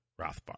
Rothbard